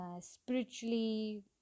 spiritually